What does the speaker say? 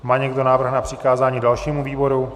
Má někdo návrh na přikázání dalšímu výboru?